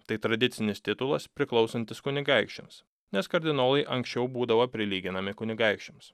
tai tradicinis titulas priklausantis kunigaikščiams nes kardinolai anksčiau būdavo prilyginami kunigaikščiams